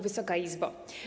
Wysoka Izbo!